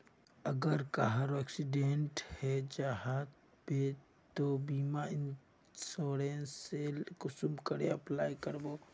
अगर कहारो एक्सीडेंट है जाहा बे तो बीमा इंश्योरेंस सेल कुंसम करे अप्लाई कर बो?